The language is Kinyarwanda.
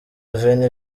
veni